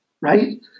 right